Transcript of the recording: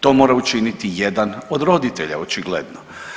To mora učiniti jedan od roditelja očigledno.